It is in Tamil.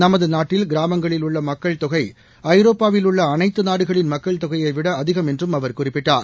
நமது நாட்டில் கிராமங்களில் உள்ள மக்கள் தொகை ஐரோப்பாவில் உள்ள அனைத்து நாடுகளின் மக்கள் தொகையை விட அதிகம் என்றும் அவர் குறிப்பிட்டார்